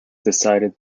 decided